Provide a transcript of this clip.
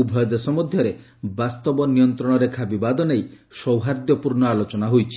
ଉଭୟ ଦେଶ ମଧ୍ୟରେ ବାସ୍ତବ ନିୟନ୍ତ୍ରଣ ରେଖା ବିବାଦ ନେଇ ସୌହାର୍ଦ୍ଧ୍ୟପୂର୍ଷ ଆଲୋଚନା ହୋଇଛି